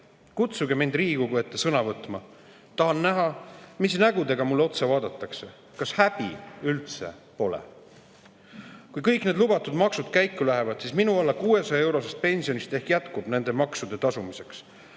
Kutsuge mind Riigikogu ette sõna võtma. Ma tahan näha, mis nägudega mulle otsa vaadatakse – kas häbi üldse pole? Kui kõik need lubatud maksu[tõusud] käiku lähevad, siis minu alla 600-eurosest pensionist ehk jätkub nende maksude tasumiseks,